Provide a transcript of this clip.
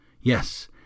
Yes